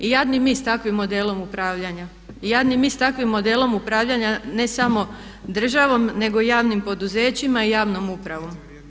I jadni mi s takvim modelom upravljanja i jadni mi s takvim modelom upravljanja ne samo državom nego i javnim poduzećima i javnom upravom.